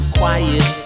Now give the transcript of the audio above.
quiet